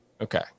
Okay